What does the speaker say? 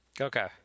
Okay